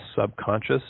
subconscious